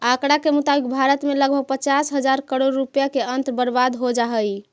आँकड़ा के मुताबिक भारत में लगभग पचास हजार करोड़ रुपया के अन्न बर्बाद हो जा हइ